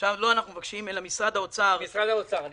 לא אנחנו מבקשים, זה משרד האוצר הביא.